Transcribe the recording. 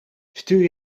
stuur